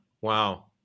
wow